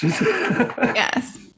Yes